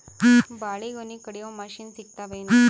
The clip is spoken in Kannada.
ಬಾಳಿಗೊನಿ ಕಡಿಯು ಮಷಿನ್ ಸಿಗತವೇನು?